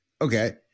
Okay